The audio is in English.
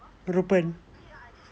reuben